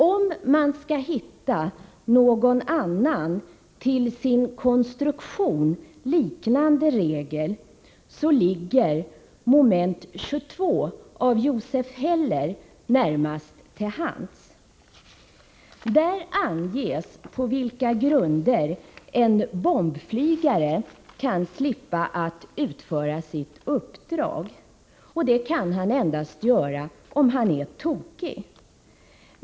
Om man vill hitta någon till sin konstruktion liknande regel ligger Moment 22 av Joseph Heller närmast till hands. Där anges på vilka grunder en bombflygare kan slippa utföra sitt uppdrag. Det kan han endast göra om han är tokig.